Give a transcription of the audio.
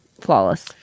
flawless